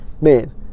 man